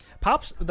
Pops